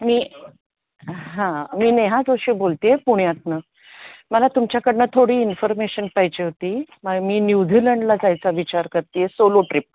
मी हां मी नेहा जोशी बोलते आहे पुण्यातून मला तुमच्याकडून थोडी इन्फॉर्मेशन पाहिजे होती मी न्यूझीलंडला जायचा विचार करते आहे सोलो ट्रीप